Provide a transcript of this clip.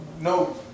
No